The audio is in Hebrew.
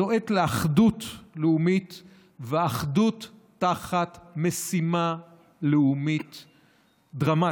זו עת לאחדות לאומית ואחדות תחת משימה לאומית דרמטית.